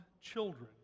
children